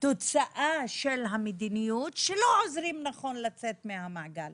תוצאה של המדיניות שלא עוזרים נכון לצאת מהמעגל.